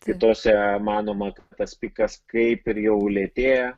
kitose manoma kad tas pikas kaip ir jau lėtėja